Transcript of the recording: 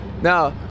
Now